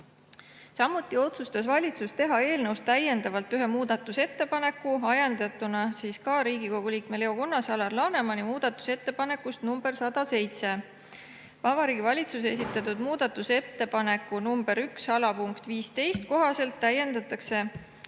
Samuti otsustas valitsus teha eelnõus täiendavalt ühe muudatusettepaneku, ajendatuna ka Riigikogu liikmete Leo Kunnase ja Alar Lanemani muudatusettepanekust nr 107. Vabariigi Valitsuse esitatud muudatusettepaneku nr 1 alapunkt 15 kohaselt täiendatakse